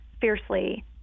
fiercely